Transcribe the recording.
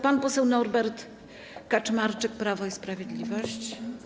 Pan poseł Norbert Kaczmarczyk, Prawo i Sprawiedliwość.